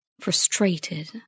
frustrated